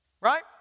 right